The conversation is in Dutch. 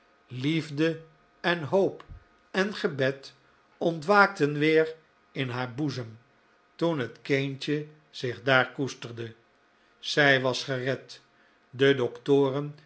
liefde en hoop en gebed ontwaakten weer in haar boezem toen het kindje zich daar koesterde zij was gered de doktoren